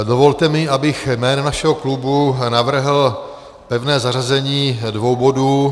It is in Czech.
Dovolte mi, abych jménem našeho klubu navrhl pevné zařazení dvou bodů.